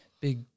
big